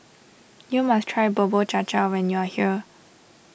you must try Bubur Cha Cha when you are here